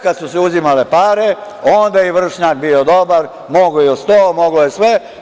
Kad su se uzimale pare, onda je vršnjak bio dobar, mogao je i o sto, moglo je sve.